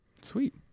Sweet